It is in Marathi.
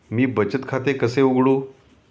मी बचत खाते कसे उघडू?